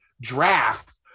draft